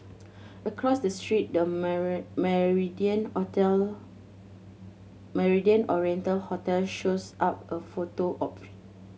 across the street the Mandarin Mandarin Oriental hotel shows up a photo op